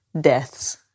deaths